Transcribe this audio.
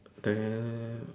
there